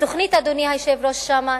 התוכנית שם,